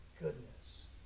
goodness